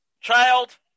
Child